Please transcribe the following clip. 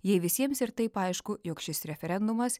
jei visiems ir taip aišku jog šis referendumas